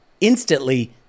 instantly